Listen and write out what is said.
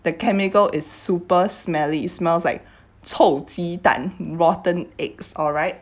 the chemical is super smelly smells like 臭鸡蛋 rotten eggs alright